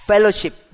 Fellowship